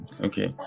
Okay